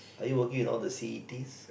are you working in all the C_E_Ts